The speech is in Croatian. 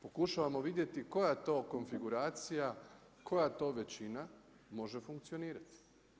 Pokušavamo vidjeti koja to konfiguracija, koja to većina može funkcionirati.